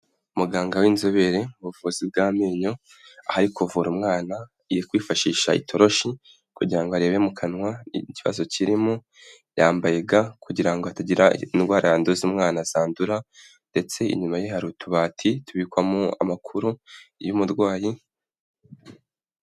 Umuganga w'inzobere mu buvuzi bw'amenyo aho ari kuvura umwana yifashishishije itoroshi kugira ngo arebe mu kanwa ikibazo kirimo yambaye ga kugira ngo hatagira indwara yanduza umwana zandura ndetse inyuma ye hari utubati tubikwamowo amakuru y'umurwayi.